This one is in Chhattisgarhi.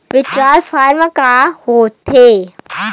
विड्राल फारम का होथेय